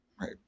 Right